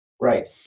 Right